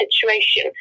situation